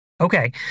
Okay